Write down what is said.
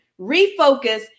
refocus